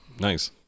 Nice